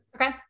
Okay